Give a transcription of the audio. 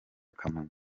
kamonyi